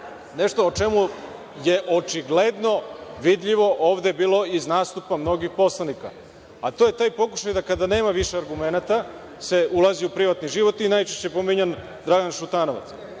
nešto o čemu je očigledno vidljivo ovde bilo iz nastupa drugih poslanika? To je taj pokušaj da, kada nema više argumenata, se ulazi u privatan život i najčešće pominjan Dragan Šutanovac.